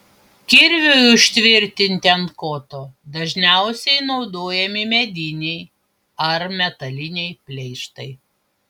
kirviui užtvirtinti ant koto dažniausiai naudojami mediniai ar metaliniai pleištai